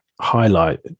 highlight